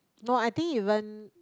no I think it went